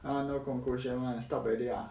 啊 no conclusion I want to stop already ah